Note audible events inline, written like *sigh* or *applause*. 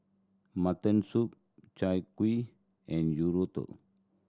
mutton soup Chai Kueh and *unintelligible*